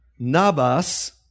Nabas